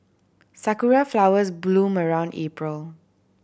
sakura flowers bloom around April